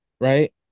right